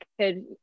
could-